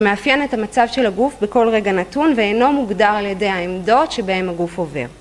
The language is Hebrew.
מאפיין את המצב של הגוף בכל רגע נתון ואינו מוגדר על ידי העמדות שבהם הגוף עובר.